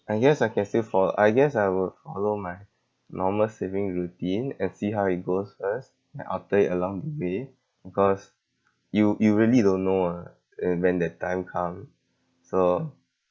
I guess I can still foll~ I guess I will follow my normal saving routine and see how it goes first then alter it along the way because you you really don't know ah uh when that time come so